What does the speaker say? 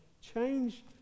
Change